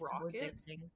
rockets